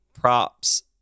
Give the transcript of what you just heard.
props